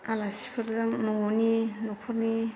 आलासिफोरजों न'नि न'खरनि